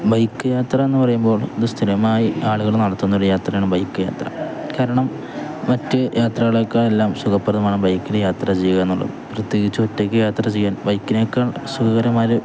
bike യാത്ര എന്നു പറയുമ്പോൾ ഇതു സ്ഥിരമായി ആളുകൾ നടത്തുന്നൊരു യാത്രയാണ് ബൈക്ക് യാത്ര കാരണം മറ്റു യാത്രകളെക്കാളെല്ലാം സുഖപ്രദമാണ് ബൈക്കില് യാത്ര ചെയ്യുക എന്നുള്ളത് പ്രത്യേകിച്ച് ഒറ്റയ്ക്കു യാത്ര ചെയ്യാൻ ബൈക്കിനേക്കാൾ സുഖകരമായൊരു